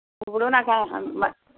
ఇప్పుడు నాకు